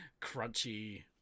Crunchy